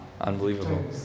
Unbelievable